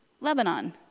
Lebanon